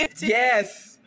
Yes